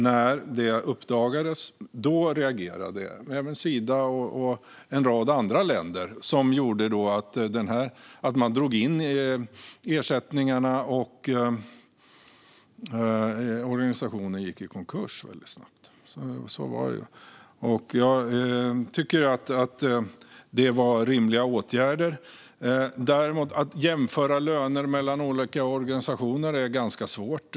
När dessa uppdagades reagerade även Sida och en rad andra länders biståndsmyndigheter. Detta gjorde att man drog in ersättningarna och att organisationen väldigt snabbt gick i konkurs. Jag tycker att det var rimliga åtgärder. Att jämföra löner mellan olika organisationer är däremot ganska svårt.